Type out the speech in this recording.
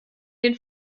den